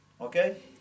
okay